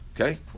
Okay